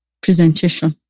presentation